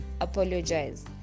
apologize